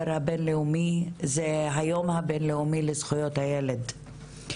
הבינלאומי זה היום הבינלאומי לזכויות הילד.